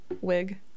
wig